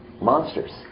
monsters